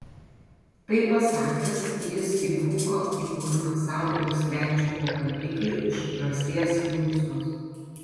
tai pasakęs jis įbruko į burną sau ir svečiui po kandiklį iš žąsies plunksnos